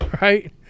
Right